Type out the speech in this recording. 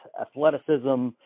athleticism